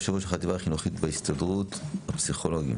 יושב ראש החטיבה החינוכית בהסתדרות הפסיכולוגים.